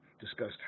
discussed